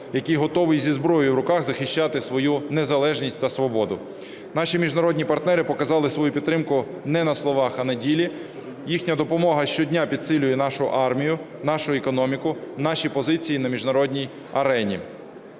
який готовий зі зброєю в руках захищати свою незалежність та свободу. Наші міжнародні партнери показали свою підтримку не на словах, а на ділі, їхня допомога щодня підсилює нашу армію, нашу економіку, наші позиції на міжнародній арені.